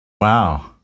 Wow